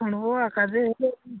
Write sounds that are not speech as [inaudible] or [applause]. ଆଣିବୁ [unintelligible] ହେଲେ